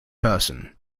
person